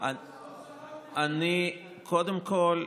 קודם כול,